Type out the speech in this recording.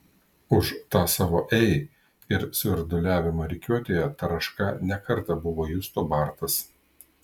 už tą savo ei ir svirduliavimą rikiuotėje taraška ne kartą buvo justo bartas